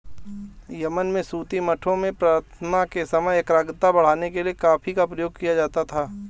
Yemen में सूफी मठों में प्रार्थना के समय एकाग्रता बढ़ाने के लिए कॉफी का प्रयोग किया जाता था